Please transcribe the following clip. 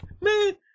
Man